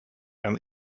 and